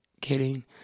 Kidding